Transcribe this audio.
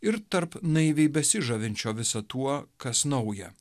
ir tarp naiviai besižavinčio visa tuo kas nauja